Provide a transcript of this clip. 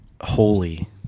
...holy